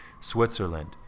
Switzerland